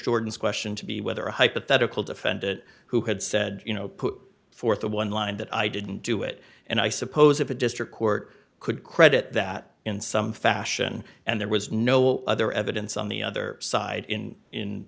jordan's question to be whether a hypothetical defendant who had said you know put forth a one line that i didn't do it and i suppose if a district court could credit that in some fashion and there was no other evidence on the other side in in